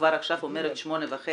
כבר עכשיו אומרת, ב-8:30